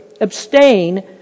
abstain